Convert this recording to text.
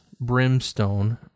Brimstone